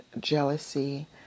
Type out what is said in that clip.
jealousy